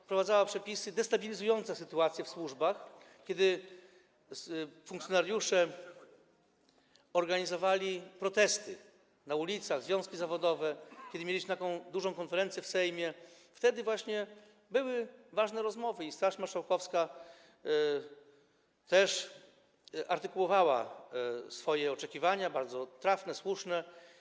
wprowadzała przepisy destabilizujące sytuację w służbach, kiedy funkcjonariusze organizowali protesty na ulicach, związki zawodowe, kiedy mieliśmy taką dużą konferencję w Sejmie, wtedy właśnie były ważne rozmowy i Straż Marszałkowska też artykułowała swoje oczekiwania, bardzo trafne, słuszne.